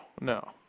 no